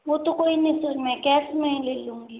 वो तो कोई नहीं सर मैं कैस मैं ही ले लूँगी